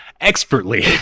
expertly